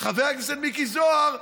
חבר הכנסת מיקי זוהר,